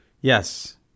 Yes